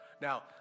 Now